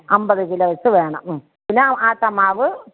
അമ്പത് കിലോ വച്ച് വേണം ഉം പിന്നെ ആട്ടമാവ്